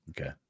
Okay